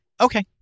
okay